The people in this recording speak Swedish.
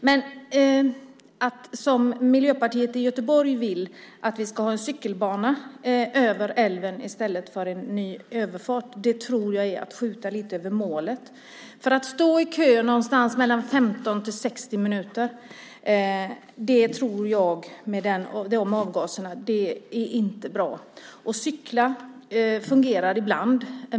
Men Miljöpartiet i Göteborg vill att det ska vara en cykelbana över älven i stället för en ny överfart, och det tror jag är att skjuta lite över målet. Att stå i bilkö mellan 15 och 60 minuter bland de avgaserna är inte bra. Att cykla fungerar ibland.